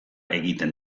egiten